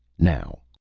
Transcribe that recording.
now.